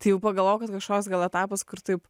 tai jau pagalvojau kad kažkoks gal etapas kur taip